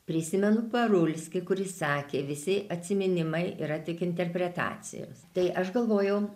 prisimenu parulskį kuris sakė visi atsiminimai yra tik interpretacijos tai aš galvojau